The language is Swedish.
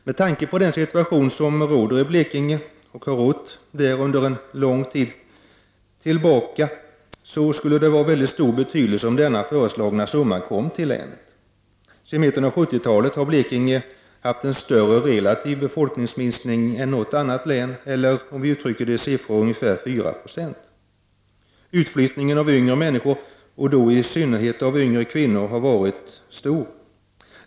Med tanke på den situation som råder i Blekinge och har rått sedan lång tid tillbaka vore det av stor betydelse om den föreslagna summan kom länet till del. Sedan mitten av 70-talet har Blekinge haft en större relativ befolkningsminskning än något annat län, eller uttryckt i siffror ca 4 20. Utflyttningen av yngre människor, och då i synnerhet yngre kvinnor, har varit stor.